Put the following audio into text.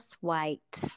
White